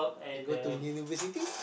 and go to university